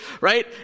right